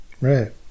Right